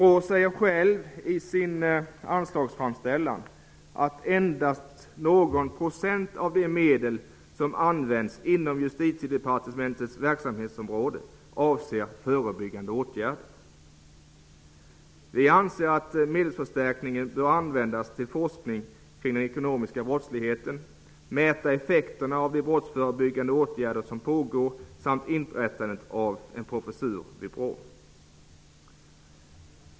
I BRÅ:s anslagsframställan sägs det att endast någon procent av de medel som används inom Justitiedepartementets verksamhetsområde avser förebyggande åtgärder. Vi anser att medelsförstärkningen bör användas till forskning kring den ekonomiska brottsligheten, till att mäta effekterna av de brottsförebyggande åtgärder som pågår samt till inrättandet av en professur vid BRÅ.